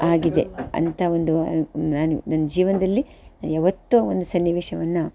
ಆಗಿದೆ ಅಂತ ಒಂದು ನನ್ನ ನನ್ನ ಜೀವನದಲ್ಲಿ ಯಾವತ್ತೂ ಆ ಒಂದು ಸನ್ನಿವೇಶವನ್ನು